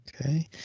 Okay